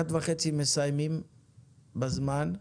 באחת וחצי מסיימים בזמן.